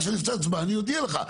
כשאני אעשה הצבעה אני אגיד לך,